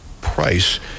price